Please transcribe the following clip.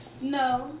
No